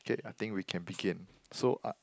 K I think we can begin so uh